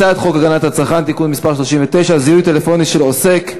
הצעת חוק הגנת הצרכן (תיקון מס' 39) (זיהוי טלפוני של עוסק),